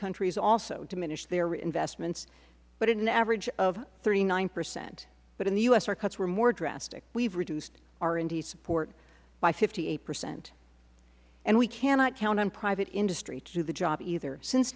countries also diminished their investments but at an average of thirty nine percent but in the u s our cuts were more drastic we reduced r and d support by fifty eight percent and we cannot count on private industry to do the job either since